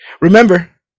Remember